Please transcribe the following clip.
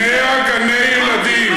100 גני ילדים.